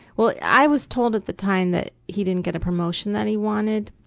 well, i was told at the time that he didn't get a promotion that he wanted,